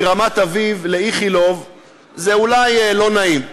מרמת-אביב לבית-החולים איכילוב זה אולי לא נעים,